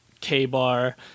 K-bar